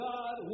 God